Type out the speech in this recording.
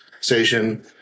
station